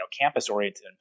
campus-oriented